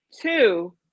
Two